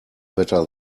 better